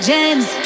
James